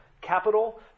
capital